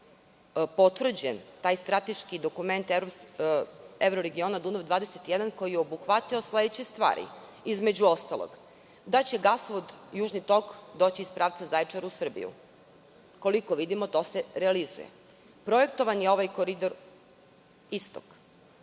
potvrđen taj strateški dokument Evroregiona Dunav 21 koji je obuhvatao sledeće stvari, između ostalog, da će gasovod južni tok doći iz pravca Zaječara u Srbiju. Koliko vidimo, to se realizuje. Projektovan je ovaj Koridor Istok